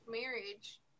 marriage